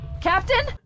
Captain